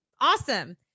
awesome